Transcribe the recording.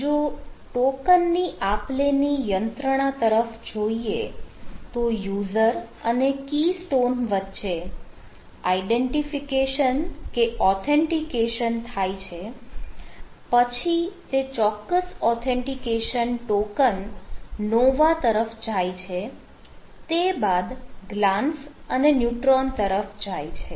જો ટોકન ની આપ લે ની યંત્રણા તરફ જોઈએ તો યુઝર અને કી સ્ટોન વચ્ચે આઇડેન્ટિફિકેશન કે ઓથેન્ટિકેશન થાય છે પછી તે ચોક્કસ ઓથેન્ટિકેશન ટોકન નોવા તરફ જાય છે તે બાદ ગ્લાન્સ અને ન્યુટ્રોન તરફ જાય છે